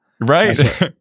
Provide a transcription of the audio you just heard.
Right